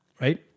right